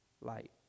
light